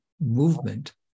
movement